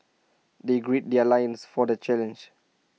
they gird their loins for the challenge